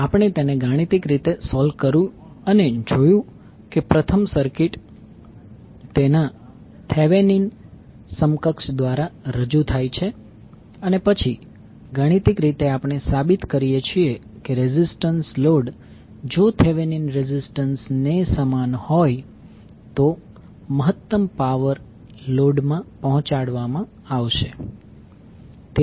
આપણે તેને ગાણિતિક રીતે સોલ્વ કર્યું અને જોયું કે પ્રથમ સર્કિટ તેના થેવેનીન સમકક્ષ દ્વારા રજૂ થાય છે અને પછી ગાણિતિક રીતે આપણે સાબિત કરીએ છીએ કે રેઝિસ્ટન્સ લોડ જો થેવેનીન રેઝિસ્ટન્સ ને સમાન હોય તો મહત્તમ પાવર લોડ માં પહોંચાડવામાં આવશે